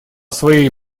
своей